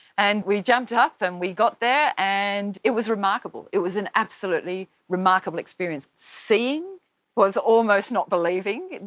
and we jumped up and we got there, and it was remarkable, it was an absolutely remarkable experience. seeing was almost not believing.